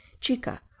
chica